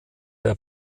der